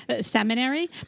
seminary